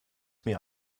mir